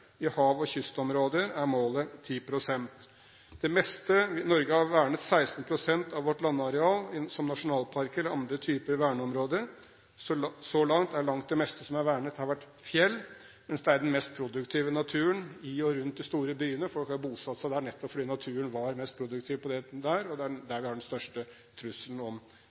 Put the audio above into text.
I hav- og kystområder er målet 10 pst. Norge har vernet 16 pst. av sitt landareal som nasjonalparker eller andre typer verneområder. Så langt har det meste som er vernet, vært fjell, mens det er i den mest produktive naturen i og rundt de store byene – folk har bosatt seg der nettopp fordi naturen var mest produktiv der – vi har den største trusselen om artsutryddelse, og det er der